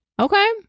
okay